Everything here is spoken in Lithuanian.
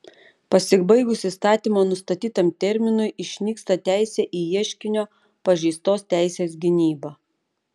pasibaigus įstatymo nustatytam terminui išnyksta teisė į ieškinio pažeistos teisės gynybą